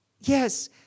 Yes